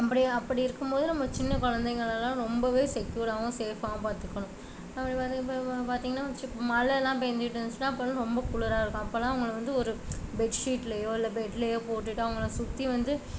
அப்படி அப்படி இருக்கும் போது நம்ம சின்ன குழந்தைகலெல்லாம் ரொம்பவே செக்யுர்டாவும் சேஃபாகவும் பார்த்துக்கணும் பார்த்திங்ன்னா மழைலாம் பேஞ்சுட்டு இருந்துச்சின்னா அப்போலாம் ரொம்ப குளிராக இருக்கும் அப்போலாம் அவங்களை வந்து ஒரு பெட்ஷீட்லையோ இல்லை பெட்லையோ போட்டு விட்டு அவங்களை சுற்றி வந்து